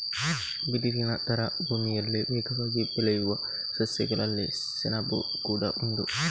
ಬಿದಿರಿನ ತರ ಭೂಮಿಯಲ್ಲಿ ವೇಗವಾಗಿ ಬೆಳೆಯುವ ಸಸ್ಯಗಳಲ್ಲಿ ಸೆಣಬು ಕೂಡಾ ಒಂದು